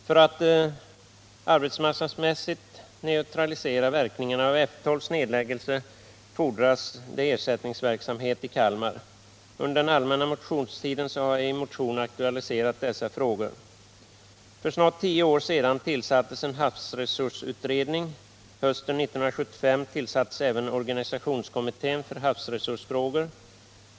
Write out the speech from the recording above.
Föratt arbetsmarknadsmässigt neutralisera verkningarna av F 12:s nedläggande fordras det ersättningsverksamhet i Kalmar. Under den allmänna motionstiden har jag i en motion aktualiserat dessa frågor. För snart tio år sedan tillsattes en havsresursutredning. Hösten 1975 tillsattes även organisationskommittén för havsresursfrågor.